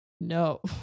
No